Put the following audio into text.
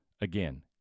Again